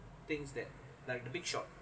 things that like the big shot